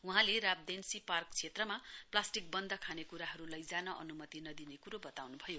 वहाँले राब्देन्सी पार्क क्षेत्रमा प्लास्टिक बन्द खानेकुराहरू लैजान अनुमति नदिने कुरो बताउनु भयो